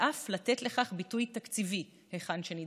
ואף לתת לכך ביטוי תקציבי היכן שנדרש.